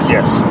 Yes